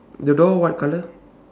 the door what color